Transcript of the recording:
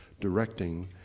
directing